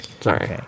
Sorry